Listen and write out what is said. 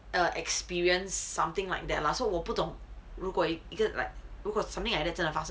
err experience something like that lah so 我不懂如果一个 like 如果 something like that 真的发生